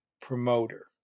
promoter